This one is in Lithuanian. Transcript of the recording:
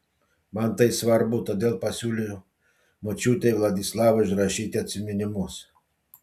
man tai svarbu todėl pasiūliau močiutei vladislavai užrašyti atsiminimus